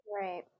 right